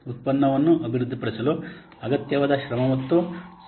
ಉತ್ಪನ್ನವನ್ನು ಅಭಿವೃದ್ಧಿಪಡಿಸಲು ಅಗತ್ಯವಾದ ಶ್ರಮ ಮತ್ತು ಸಮಯದ ದೃಷ್ಟಿಯಿಂದ ಪರಿಗಣಿಸಬಹುದು